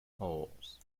poles